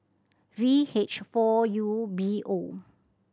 V H four U B O